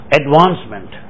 advancement